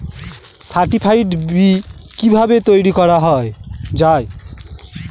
Certified বি কিভাবে তৈরি করা যায়?